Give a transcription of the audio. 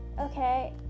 okay